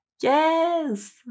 Yes